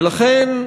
ולכן,